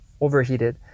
overheated